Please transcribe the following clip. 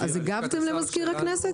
לשכת השר שלנו --- הגבת למכתב של מזכיר הכנסת?